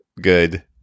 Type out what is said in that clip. good